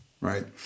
right